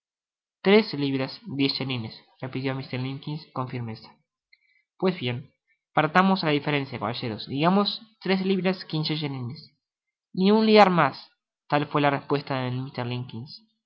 tres libras diez chelines repitió mr limbkins con firmeza pues bien partamos la diferencia caballeros insistió gamfield digamos tres libras quince chelines ni un liará de mas tal fué la respuesta de